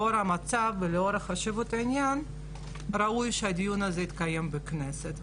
לאור המצב ולאור חשיבות העניין ראוי שהדיון הזה יתקיים בכנסת,